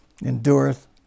Endureth